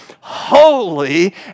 holy